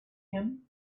him